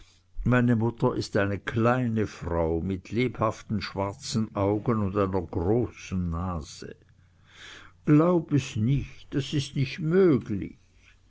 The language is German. meine mutter ist eine kleine frau mit lebhaften schwarzen augen und einer großen nase glaub es nicht das ist nicht möglich